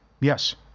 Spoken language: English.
Yes